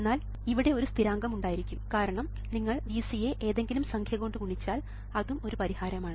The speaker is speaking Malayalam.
എന്നാൽ ഇവിടെ ഒരു സ്ഥിരാങ്കം ഉണ്ടായിരിക്കും കാരണം നിങ്ങൾ Vc യെ ഏതെങ്കിലും സംഖ്യ കൊണ്ട് ഗുണിച്ചാൽ അതും ഒരു പരിഹാരമാണ്